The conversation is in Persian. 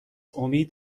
امید